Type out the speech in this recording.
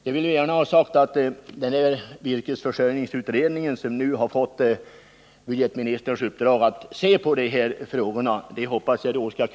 Jag vill gärna ha sagt att jag hoppas att virkesförsörjningsutredningen, som nu har fått budgetministerns uppdrag att se på dessa frågor, skall kunna komma med förslag.